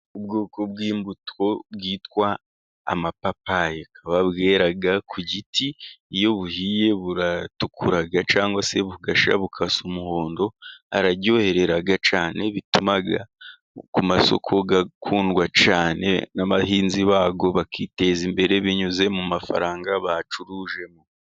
Ubwoko bw'imbuto bwitwa amapapayi, bwera ku giti iyo buhiye buratukura cg se bugasha bugasa umuhondo. Araryoherera cyane bituma ku masoku yakundwa cyane, n'abahinzi babwo bakiteza imbere binyuze mu mafaranga bacurujemo.